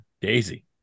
Daisy